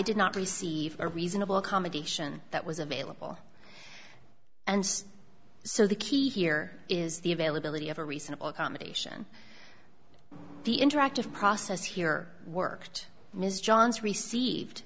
did not receive a reasonable accommodation that was available and so the key here is the availability of a reasonable accommodation the interactive process here worked mrs johns received